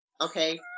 Okay